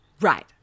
Right